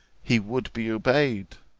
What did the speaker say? he would be obeyed?